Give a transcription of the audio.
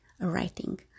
writing